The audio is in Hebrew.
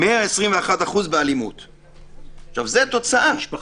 121% באלימות במשפחה,